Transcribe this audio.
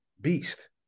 beast